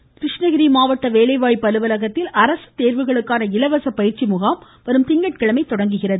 இருவரி கிருஷ்ணகிரி மாவட்ட வேலை வாய்ப்பு அலுவலகத்தில் அரசு தேர்வுகளுக்கான இலவச பயிற்சி முகாம் வரும் திங்கட்கிழமை தொடங்குகிறது